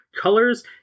Colors